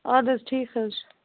آدٕ حظ ٹھیٖک حظ چھِ